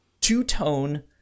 two-tone